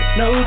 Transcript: no